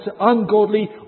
ungodly